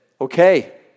Okay